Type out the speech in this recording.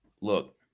Look